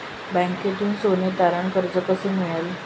बँकेतून सोने तारण कर्ज कसे मिळेल?